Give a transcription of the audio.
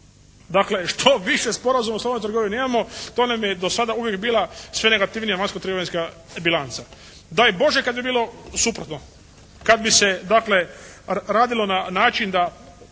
Dakle što više sporazuma o slobodnoj trgovini imamo to nam je do sada uvijek bila sve negativnija vanjsko-trgovinska bilanca. Daj Bože kad bi bilo suprotno, kad bi se dakle radilo na način da